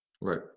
Right